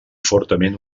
fortament